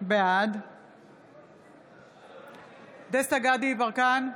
בעד דסטה גדי יברקן,